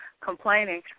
complaining